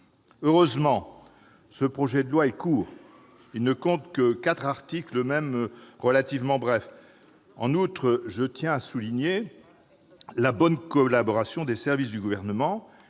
Heureusement, ce projet de loi est court : il ne compte que quatre articles, eux-mêmes relativement brefs. En outre, je tiens à souligner la bonne collaboration des services du Gouvernement,